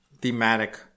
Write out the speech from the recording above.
thematic